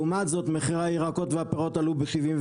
לעומת זאת מחירי הירקות והפירות עלו ב-75%.